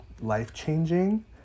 life-changing